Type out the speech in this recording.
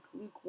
Luke